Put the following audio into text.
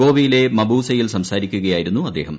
ഗോവയിലെ മബൂ സയിൽ സംസാരിക്കുകയായിരുന്നു അദ്ദേഹം